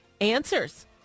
answers